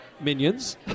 minions